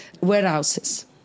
warehouses